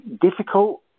difficult